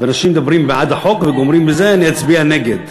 אנשים מדברים בעד החוק וגומרים בזה: אני אצביע נגד.